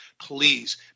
please